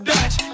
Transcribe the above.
Dutch